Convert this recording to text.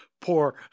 poor